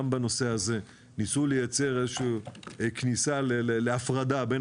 ניסו לייצר איזושהי כניסה להפרדה בין